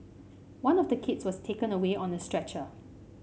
one of the kids was taken away on a stretcher